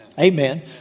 Amen